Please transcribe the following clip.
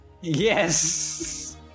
Yes